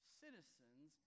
citizens